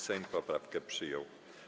Sejm poprawkę przyjął.